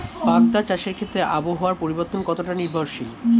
বাগদা চাষের ক্ষেত্রে আবহাওয়ার পরিবর্তন কতটা নির্ভরশীল?